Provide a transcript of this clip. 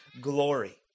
glory